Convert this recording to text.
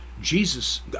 Jesus